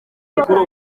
mukuru